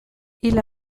hil